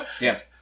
Yes